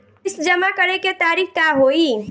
किस्त जमा करे के तारीख का होई?